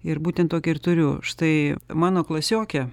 ir būtent tokį ir turiu štai mano klasiokė